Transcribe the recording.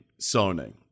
Sony